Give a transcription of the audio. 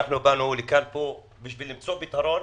באנו לכאן בשביל למצוא פתרון,